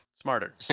smarter